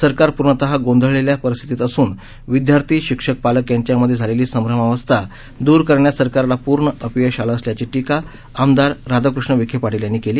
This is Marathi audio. सरकार प्र्णतः गोंधळलेल्या परिस्थितीत असून विदयार्थी शिक्षक पालक यांच्यामध्ये झालेली संभ्रमावस्था द्र करण्यात सरकारला प्र्ण अपयश आलं असल्याची टीका आमादार राधाकृष्ण विखे पाटील यांनी केली